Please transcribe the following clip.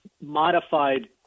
modified